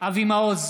אבי מעוז,